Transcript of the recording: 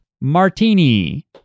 Martini